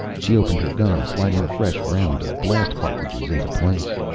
she opened her gun, sliding a fresh round of blast cartridges into place.